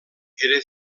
era